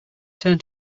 turn